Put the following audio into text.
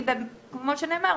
כי כמו שנאמר,